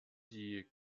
die